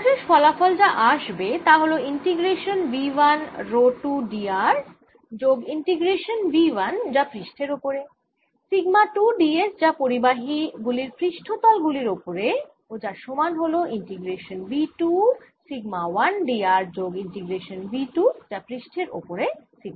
সর্বশেষ ফলাফল যা আসবে তা হল integration V 1 rho 2 d r যোগ ইন্টিগ্রেশান V 1 যা পৃষ্ঠের ওপরে সিগমা 2 d s যা পরিবাহী গুলির পৃষ্ঠ তল গুলির ওপরে ও যার সমান হল integration V 2 sigma 1 d r যোগ ইন্টিগ্রেশান V 2 যা পৃষ্ঠের ওপরে সিগমা 1 d s